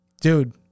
Dude